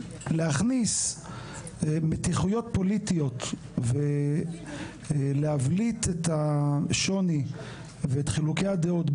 להכניס מתיחויות פוליטיות ולהבליט את השוני ואת חילוקי הדעות,